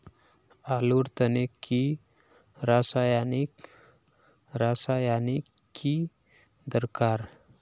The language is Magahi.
आलूर तने की रासायनिक रासायनिक की दरकार?